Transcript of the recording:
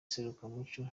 serukiramuco